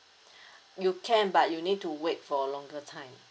you can but you need to wait for a longer time